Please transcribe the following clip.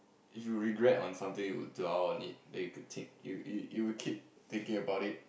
if you regret on something you would dwell on it that you could take you you would keep thinking about it